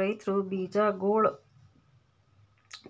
ರೈತ್ರು ಬೀಜಾಗೋಳ್